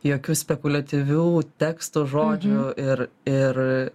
jokių spekuliatyvių teksto žodžių ir ir